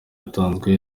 yatanzwe